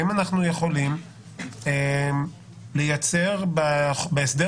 האם אנחנו יכולים לייצר בהמשך